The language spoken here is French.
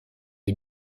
est